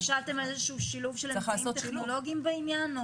חשבתם על שילוב אמצעים טכנולוגיים בעניין?